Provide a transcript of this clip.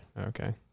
Okay